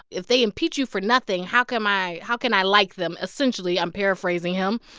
if they impeach you for nothing, how come i how can i like them? essentially i'm paraphrasing him.